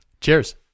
Cheers